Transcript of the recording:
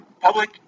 public